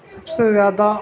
سب سے زیادہ